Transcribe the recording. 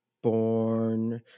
born